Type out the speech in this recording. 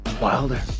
Wilder